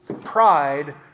Pride